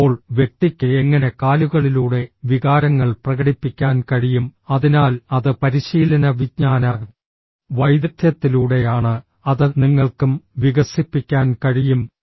ഇപ്പോൾ വ്യക്തിക്ക് എങ്ങനെ കാലുകളിലൂടെ വികാരങ്ങൾ പ്രകടിപ്പിക്കാൻ കഴിയും അതിനാൽ അത് പരിശീലന വിജ്ഞാന വൈദഗ്ധ്യത്തിലൂടെയാണ് അത് നിങ്ങൾക്കും വികസിപ്പിക്കാൻ കഴിയും